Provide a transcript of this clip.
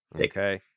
Okay